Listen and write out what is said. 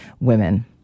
women